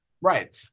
Right